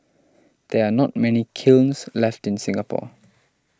there are not many kilns left in Singapore